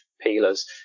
peelers